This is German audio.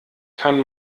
kann